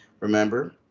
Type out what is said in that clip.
Remember